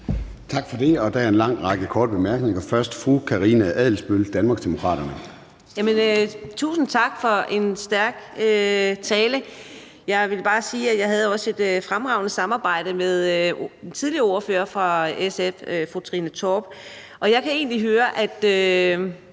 Tak for det. Og der er en lang række korte bemærkninger. Først fru Karina Adsbøl, Danmarksdemokraterne. Kl. 13:04 Karina Adsbøl (DD): Tusind tak for en stærk tale. Jeg vil bare sige, at jeg også havde et fremragende samarbejde med den tidligere ordfører fra SF, fru Trine Torp, og jeg kan egentlig høre, at